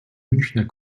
münchner